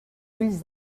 ulls